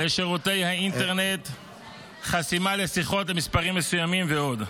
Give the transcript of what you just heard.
-- חסימת שיחות למספרים מסוימים ועוד.